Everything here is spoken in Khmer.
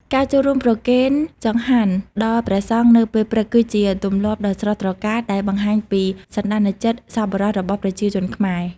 ការចូលរួមប្រគេនចង្ហាន់ដល់ព្រះសង្ឃនៅពេលព្រឹក គឺជាទម្លាប់ដ៏ស្រស់ត្រកាលដែលបង្ហាញពីសន្តានចិត្តសប្បុរសរបស់ប្រជាជនខ្មែរ។